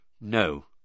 No